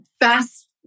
fast